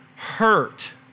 Hurt